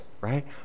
right